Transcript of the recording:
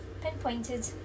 pinpointed